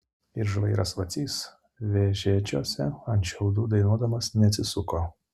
ir žvairas vacys vežėčiose ant šiaudų dainuodamas neatsisuko